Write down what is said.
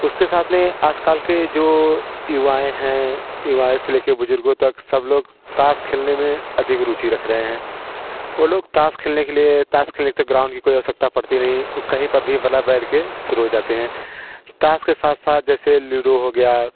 उसके साथ में आज काल के जो युवा हैं युवा से ले के बुज़ुर्गों तक सब लोग ताश खेलने में अधिक रुची रख रहे हैं वो लोग ताश खेलने के लिए ताश खेलने ते गराउंड की कोई आवश्यकता पड़ती नहीं वो कहीं पर भी बला बैठ के शुरू हो जाते हैं ताश के साथ साथ जैसे ल्यूडो हो गया